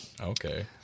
Okay